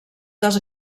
dels